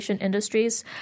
Industries